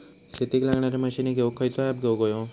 शेतीक लागणारे मशीनी घेवक खयचो ऍप घेवक होयो?